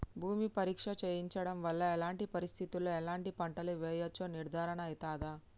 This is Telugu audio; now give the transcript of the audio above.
భూమి పరీక్ష చేయించడం వల్ల ఎలాంటి పరిస్థితిలో ఎలాంటి పంటలు వేయచ్చో నిర్ధారణ అయితదా?